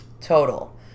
Total